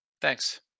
Thanks